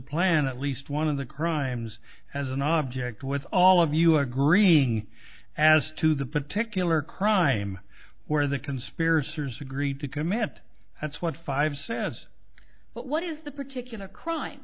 plan at least one of the crimes as an object with all of you agreeing as to the particular crime where the conspiracy years agree to commit that's what five says but what is the particular crime